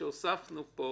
שהוספנו פה.